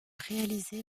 réalisée